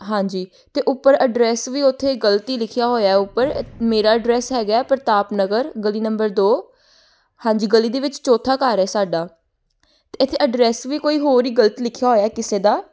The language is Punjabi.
ਹਾਂਜੀ ਅਤੇ ਉੱਪਰ ਅਡਰੈਸ ਵੀ ਉੱਥੇ ਗਲਤ ਹੀ ਲਿਖਿਆ ਹੋਇਆ ਉੱਪਰ ਮੇਰਾ ਐਡਰੈਸ ਹੈਗਾ ਪ੍ਰਤਾਪ ਨਗਰ ਗਲੀ ਨੰਬਰ ਦੋ ਹਾਂਜੀ ਗਲੀ ਦੇ ਵਿੱਚ ਚੌਥਾ ਘਰ ਹੈ ਸਾਡਾ ਅਤੇ ਇੱਥੇ ਐਡਰੈਸ ਵੀ ਕੋਈ ਹੋਰ ਹੀ ਗਲਤ ਲਿਖਿਆ ਹੋਇਆ ਕਿਸੇ ਦਾ